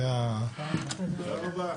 הישיבה נעולה.